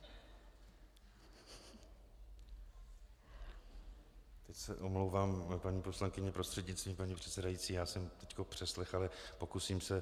Teď se omlouvám, paní poslankyně, prostřednictvím paní předsedající, já jsem teď přeslechl, ale pokusím se...